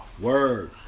Word